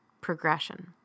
progression